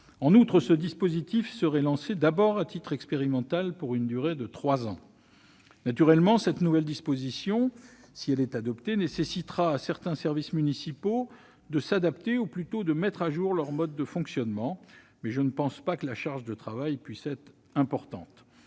En outre, ce dispositif serait d'abord mis en oeuvre à titre expérimental, pour une durée de trois ans. Naturellement, cette nouvelle disposition, si elle est adoptée, obligera certains services municipaux à s'adapter, ou plutôt à mettre à jour leur mode de fonctionnement. Je ne pense pas, néanmoins, que la charge de travail puisse être importante.